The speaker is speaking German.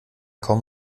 kaum